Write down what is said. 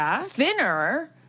thinner